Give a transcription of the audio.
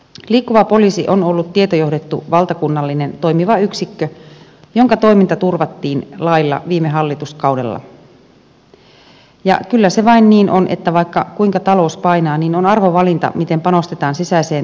liikkuva poliisi on ollut tietojohdettu valtakunnallinen toimiva yksikkö jonka toiminta turvattiin lailla viime hallituskaudella ja kyllä se vain niin on että vaikka kuinka talous painaa niin on arvovalinta miten panostetaan sisäiseen turvallisuuteen